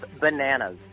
bananas